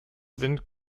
sind